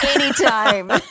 anytime